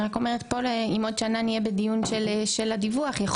אני רק אומרת שאם בעוד שנה נהיה בדיון של הדיווח יכול